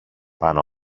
πάνω